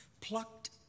plucked